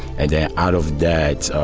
and then out of that,